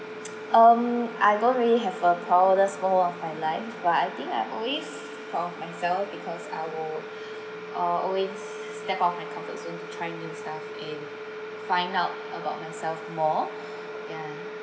um I don't really have a proudest moment of my life I think I always proud of myself because I will uh always step out of my comfort zone to try new stuff and find out about myself more yeah